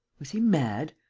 was he mad?